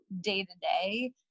day-to-day